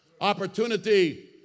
Opportunity